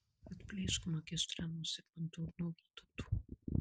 atplėšk magistrą nuo zigmanto ir nuo vytauto